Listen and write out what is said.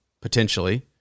potentially